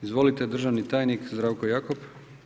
Izvolite, državni tajnik Zdravko Jakop.